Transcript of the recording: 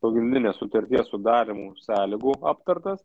pagrindinė sutarties sudarymo sąlygų aptartas